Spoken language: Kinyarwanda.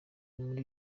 muri